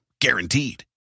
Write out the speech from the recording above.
Guaranteed